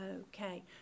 okay